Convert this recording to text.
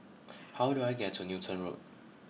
how do I get to Newton Road